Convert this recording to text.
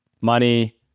money